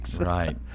Right